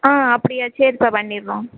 ஆ அப்படியா சரிப்பா பண்ணிடறோம்